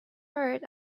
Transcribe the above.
herd